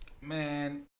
Man